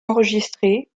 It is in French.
enregistrées